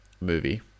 movie